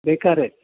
बेकार आहेत